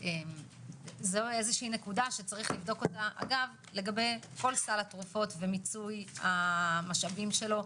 זו נקודה שיש לבדוק אותה לגבי כל סל התרופות ומיצוי המשאבים שלו,